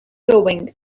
going